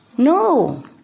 No